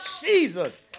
Jesus